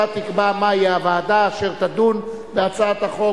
אתה תקבע מהי הוועדה אשר תדון בהצעת החוק